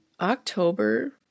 October